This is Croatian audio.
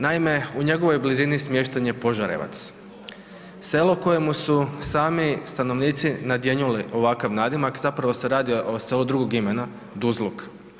Naime, u njegovoj blizini smješten je Požarevac, selo kojemu su sami stanovnici nadjenuli ovakav nadimak, zapravo se radi o selu drugog imena Duzluk.